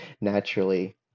naturally